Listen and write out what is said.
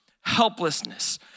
helplessness